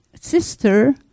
sister